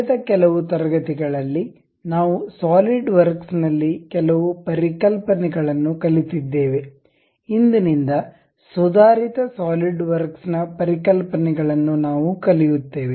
ಕಳೆದ ಕೆಲವು ತರಗತಿಗಳಲ್ಲಿ ನಾವು ಸಾಲಿಡ್ವರ್ಕ್ಸ್ನಲ್ಲಿ ಕೆಲವು ಪರಿಕಲ್ಪನೆಗಳನ್ನು ಕಲಿತಿದ್ದೇವೆ ಇಂದಿನಿಂದ ಸುಧಾರಿತ ಸಾಲಿಡ್ವರ್ಕ್ಸ್ ನ ಪರಿಕಲ್ಪನೆಗಳನ್ನು ನಾವು ಕಲಿಯುತ್ತೇವೆ